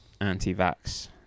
anti-vax